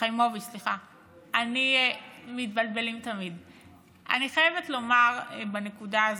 אני חייבת לומר בנקודה הזאת: